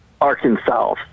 Arkansas